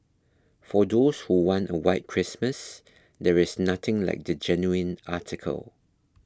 for those who want a white Christmas there is nothing like the genuine article